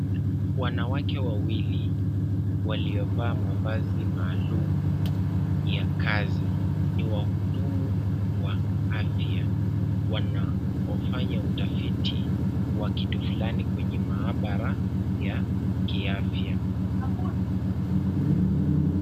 Wanawake wawili, waliovaa mavazi maalum ya kazi, ni wahudumu wa afya, wanaofanya utafiti wa kitu fulani kwenye maabara ya kiafya.